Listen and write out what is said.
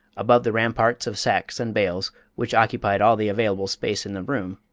above the ramparts of sacks and bales, which occupied all the available space in the room,